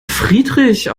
friedrich